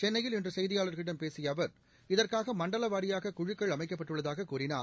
சென்னையில் இன்று கெய்தியாளா்களிடம் பேசிய அவா் இதற்காக மண்டல வாரியாக குழுக்கள் அமைக்கப்பட்டுள்ளதாகக் கூறினார்